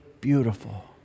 beautiful